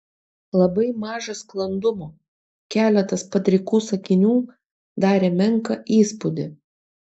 labai maža sklandumo keletas padrikų sakinių darė menką įspūdį